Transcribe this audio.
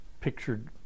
pictured